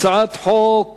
בסדר-היום: הצעת חוק